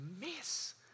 miss